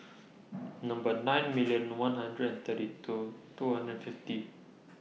Number nine million one hundred and thirty two two hundred and fifty